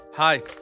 Hi